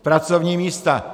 Pracovní místa.